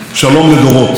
שלום לדורות.